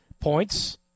points